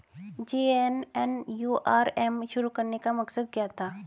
JNNURM शुरू करने का मकसद क्या था?